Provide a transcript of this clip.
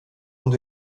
und